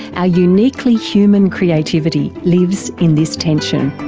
our uniquely human creativity lives in this tension.